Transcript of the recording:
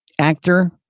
actor